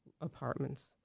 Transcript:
apartments